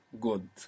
Good